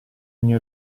ogni